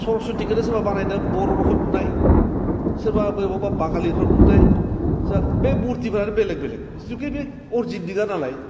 सर'स्व'तिखौनो सोरबा बानायदों बर' रोखोम नुनाय सोरबा बो माबा बाङालिफोर नुनाय सोरबा बे मुरथिफ्रानो बेलेग बेलेग जिखुथे बे अरिजिन गैला नालाय